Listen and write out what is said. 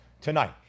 tonight